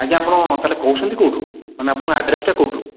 ଆଜ୍ଞା ଆପଣ ତାହେଲେ କହୁଛନ୍ତି କେଉଁଠୁ ମାନେ ଆପଣଙ୍କ ଆଡ଼୍ରେସଟା କେଉଁଠୁ